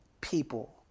people